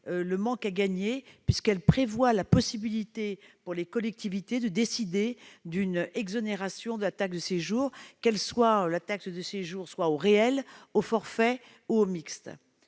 le manque à gagner, puisqu'il prévoit la possibilité pour les collectivités de décider d'une exonération de la taxe de séjour, qu'elle soit au réel, au forfait ou mixte.